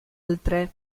altre